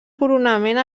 coronament